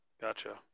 gotcha